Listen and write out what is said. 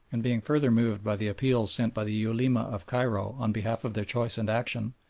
and being further moved by the appeals sent by the ulema of cairo on behalf of their choice and action,